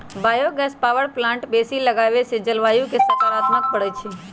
bio gas power plant बेशी लगाबेसे जलवायु पर सकारात्मक प्रभाव पड़इ छै